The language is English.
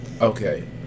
Okay